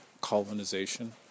colonization